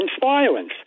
violence